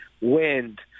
wind